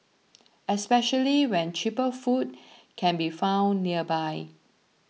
especially when cheaper food can be found nearby